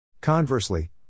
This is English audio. Conversely